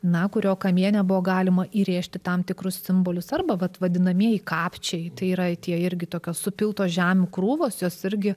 na kurio kamiene buvo galima įrėžti tam tikrus simbolius arba vat vadinamieji kapčiai tai yra tie irgi tokio supiltos žemių krūvos jos irgi